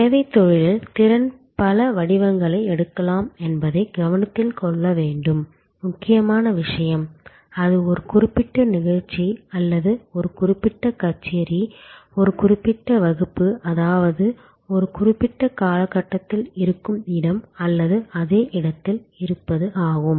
சேவைத் தொழிலில் திறன் பல வடிவங்களை எடுக்கலாம் என்பதை கவனத்தில் கொள்ள வேண்டிய முக்கியமான விஷயம் அது ஒரு குறிப்பிட்ட நிகழ்ச்சி அல்லது ஒரு குறிப்பிட்ட கச்சேரி ஒரு குறிப்பிட்ட வகுப்பு அதாவது ஒரு குறிப்பிட்ட கால கட்டத்தில் இருக்கும் இடம் அல்லது அதே இடத்தில் இருப்பது ஆகும்